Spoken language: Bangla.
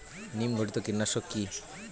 নিম ঘটিত কীটনাশক কি?